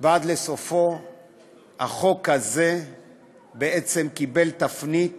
שלו ועד לסופו החוק הזה בעצם קיבל תפנית